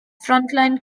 frontline